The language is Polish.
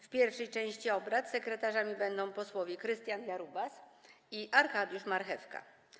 W pierwszej części obrad sekretarzami będą posłowie Krystian Jarubas i Arkadiusz Marchewka.